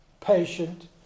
patient